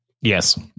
Yes